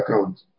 account